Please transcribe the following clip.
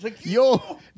yo